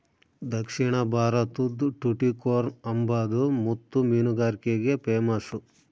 ದಕ್ಷಿಣ ಭಾರತುದ್ ಟುಟಿಕೋರ್ನ್ ಅಂಬಾದು ಮುತ್ತು ಮೀನುಗಾರಿಕ್ಗೆ ಪೇಮಸ್ಸು